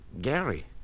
Gary